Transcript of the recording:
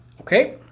Okay